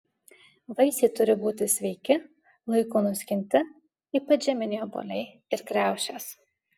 vaisiai turi būti sveiki laiku nuskinti ypač žieminiai obuoliai ir kriaušės